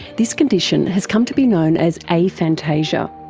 this condition has come to be known as aphantasia.